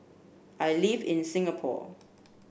I live in Singapore